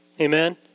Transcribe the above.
Amen